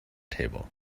table